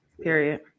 period